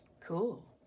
Cool